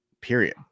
period